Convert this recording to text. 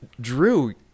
Drew